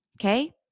Okay